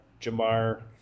Jamar